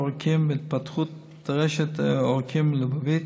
עורקים והתפתחות טרשת עורקים לבבית,